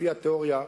לפי התיאוריה,